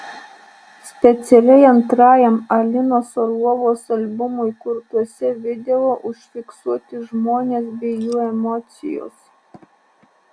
specialiai antrajam alinos orlovos albumui kurtuose video užfiksuoti žmones bei jų emocijos